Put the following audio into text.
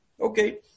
Okay